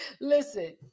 Listen